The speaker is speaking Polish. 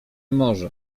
może